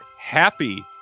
happy